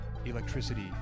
Electricity